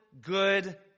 good